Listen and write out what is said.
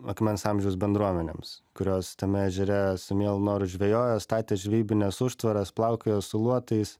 akmens amžiaus bendruomenėms kurios tame ežere su mielu noru žvejojo statė žvejybines užtvaras plaukiojo su luotais